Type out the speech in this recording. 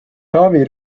taavi